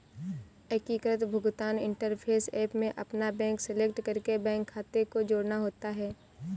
एकीकृत भुगतान interface app में अपना बैंक सेलेक्ट करके बैंक खाते को जोड़ना होता है